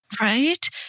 Right